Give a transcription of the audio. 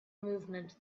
movement